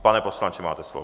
Pane poslanče, máte slovo.